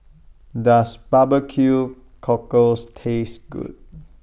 Does Barbecue Cockles Taste Good